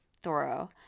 thorough